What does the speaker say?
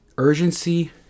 Urgency